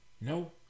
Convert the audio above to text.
No